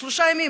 לשלושה ימים.